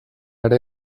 ere